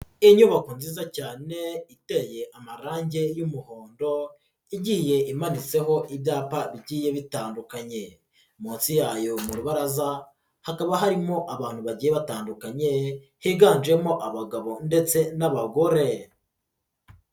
Inyubako nziza cyane iteye amarange y'umuhondo igiye imanitseho ibyapa bigiye bitandukanye, munsi yayo mu rubaraza hakaba harimo abantu bagiye batandukanye higanjemo abagabo ndetse n'abagore.